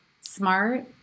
smart